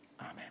Amen